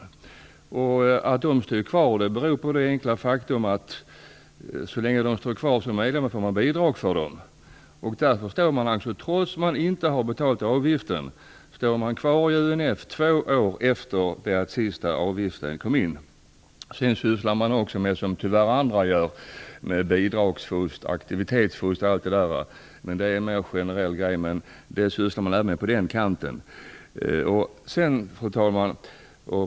Att icke betalande medlemmar finns kvar som registrerade medlemmar beror på det enkla faktum att föreningen får bidrag för dem så länge de är registrerade. Därför står medlemmar som inte har betalt avgiften kvar i UNF två år efter det att den sista avgiften betalades. Föreningen sysslar också med bidragsfusk, aktivitetsfusk osv., vilket tyvärr även andra gör. Sådant sysslar man med även på den kanten. Fru talman!